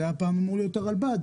זה היה פעם אמור להיות הרלב"ד,